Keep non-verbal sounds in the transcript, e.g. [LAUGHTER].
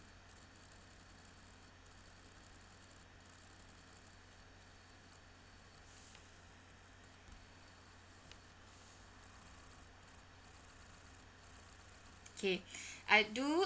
okay [BREATH] I do